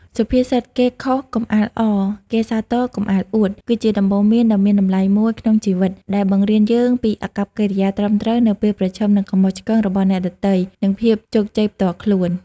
សុភាសិត "គេខុសកុំអាលអរ គេសាទរកុំអាលអួត" គឺជាដំបូន្មានដ៏មានតម្លៃមួយក្នុងជីវិត ដែលបង្រៀនយើងពីអាកប្បកិរិយាត្រឹមត្រូវនៅពេលប្រឈមនឹងកំហុសឆ្គងរបស់អ្នកដទៃ និងភាពជោគជ័យផ្ទាល់ខ្លួន។